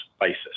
basis